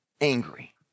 angry